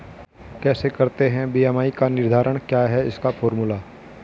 कैसे करते हैं बी.एम.आई का निर्धारण क्या है इसका फॉर्मूला?